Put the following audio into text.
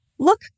Look